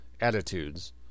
attitudes